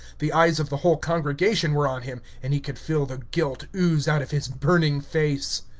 the eyes of the whole congregation were on him, and he could feel the guilt ooze out of his burning face.